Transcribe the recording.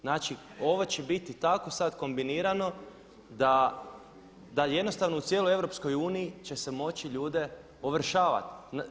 Znači, ovo će biti tako sad kombinirano da jednostavno u cijeloj EU će se moći ljude ovršavati.